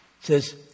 says